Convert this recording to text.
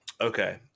Okay